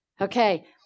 Okay